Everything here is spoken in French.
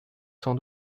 sans